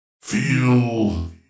feel